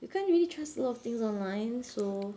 you can't really trust a lot of things online so